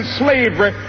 slavery